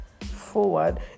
forward